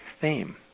theme